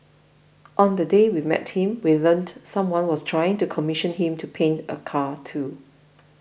on the day we met him we learnt someone was trying to commission him to paint a car too